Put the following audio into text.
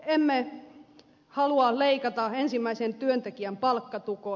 emme halua leikata ensimmäisen työntekijän palkkatukea